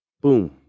Boom